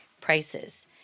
prices